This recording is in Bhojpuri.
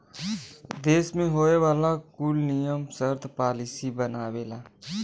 देस मे होए वाला कुल नियम सर्त पॉलिसी बनावेला